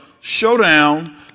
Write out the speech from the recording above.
showdown